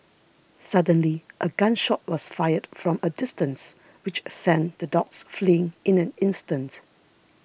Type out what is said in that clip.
suddenly a gun shot was fired from a distance which sent the dogs fleeing in an instant